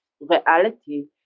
reality